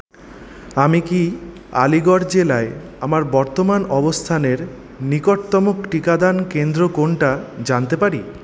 আমি কি আলীগড় জেলায় আমার বর্তমান অবস্থানের নিকটতম টিকাদান কেন্দ্র কোনটা জানতে পারি